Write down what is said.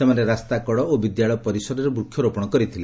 ସେମାନେ ରାସ୍ତା କଡ ଓ ବିଦ୍ୟାଳୟ ପରିସରରେ ବୃକ୍ଷରୋପଣ କରିଥିଲେ